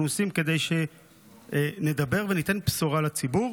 עושים כדי שנדבר וניתן בשורה לציבור.